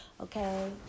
Okay